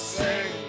sing